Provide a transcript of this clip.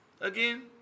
Again